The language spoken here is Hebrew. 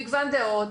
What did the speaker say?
מגוון דעות.